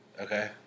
Okay